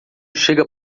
chega